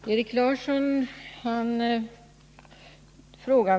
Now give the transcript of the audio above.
Herr talman!